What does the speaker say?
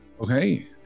okay